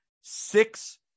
six